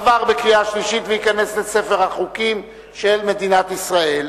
עבר בקריאה שלישית וייכנס לספר החוקים של מדינת ישראל.